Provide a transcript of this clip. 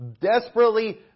Desperately